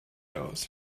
aus